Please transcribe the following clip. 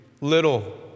little